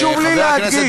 חשוב לי להדגיש,